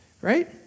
Right